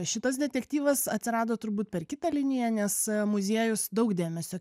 šitas detektyvas atsirado turbūt per kitą liniją nes muziejus daug dėmesio